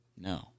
no